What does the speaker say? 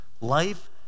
Life